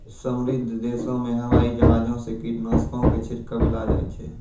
समृद्ध देशो मे हवाई जहाजो से कीटनाशको के छिड़कबैलो जाय छै